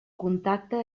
contacte